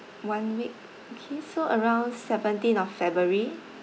one week okay so around seventeen of february